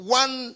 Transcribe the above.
one